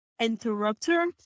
Interrupter